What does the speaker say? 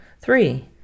Three